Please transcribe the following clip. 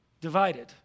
divided